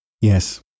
Yes